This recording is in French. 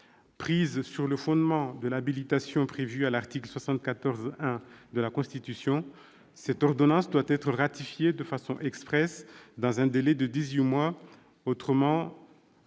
Prise sur le fondement de l'habilitation prévue à l'article 74-1 de la Constitution, cette ordonnance doit être ratifiée de façon expresse dans un délai de dix-huit mois, autrement